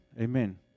Amen